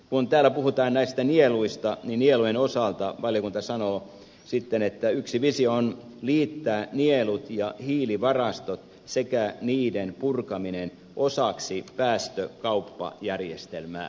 kun täällä puhutaan näistä nieluista niin nielujen osalta valiokunta sanoo sitten että yksi visio on liittää nielut ja hiilivarastot sekä niiden purkaminen osaksi päästökauppajärjestelmää